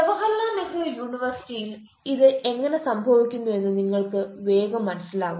ജവഹർലാൽ നെഹ്റു യൂണിവേഴ്സിറ്റിയില് ഇത് എങ്ങനെ സംഭവിക്കുന്നു എന്ന് നിങ്ങൾക്ക് വേഗം മനസിലാകും